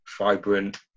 vibrant